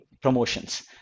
promotions